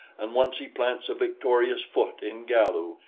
and once he plants a victorious foot in galu,